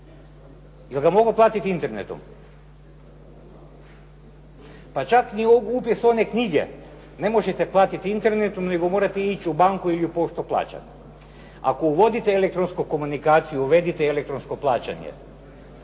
Jel ga mogu platiti internetom? Pa čak ni upis u one knjige ne možete platiti internetom nego morate ići u banku ili poštu plaćati. Ako uvodite elektronsku komunikaciju, uvedite i elektronsko plaćanje,